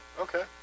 Okay